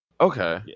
Okay